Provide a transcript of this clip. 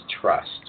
trust